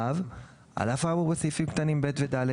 (ו) על אף האמור בסעיפים קטנים (ב) ו-(ד),